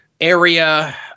area